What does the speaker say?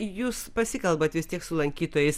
jūs pasikalbat vis tiek su lankytojais